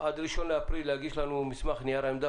עד 1 באפריל להגיש לנו מסמך נייר עמדה